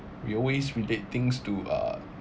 we always relate things to uh